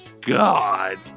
god